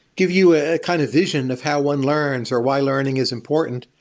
give you a kind of vision of how one learns, or why learning is important.